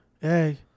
Hey